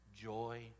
joy